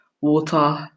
water